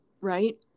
right